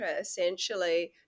essentially